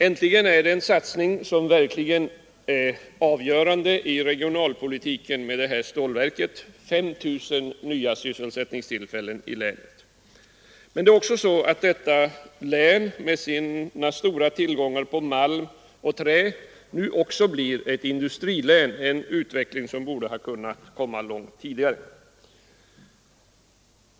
Äntligen görs genom Stålverk 80 en satsning som verkligen är avgörande i regionalpolitiken: 5 000 nya sysselsättningstillfällen skapas i länet. Detta län med sina stora tillgångar på malm och trä blir nu också ett industrilän — en utveckling som borde ha kunnat komma långt tidigare.